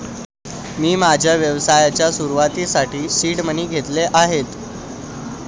मी माझ्या व्यवसायाच्या सुरुवातीसाठी सीड मनी घेतले आहेत